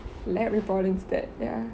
lab report instead ya